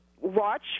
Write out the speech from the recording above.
watch